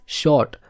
short